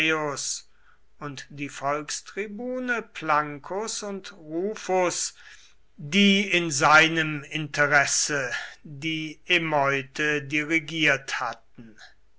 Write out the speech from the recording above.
und die volkstribune plancus und rufus die in seinem interesse die erneute dirigiert hatten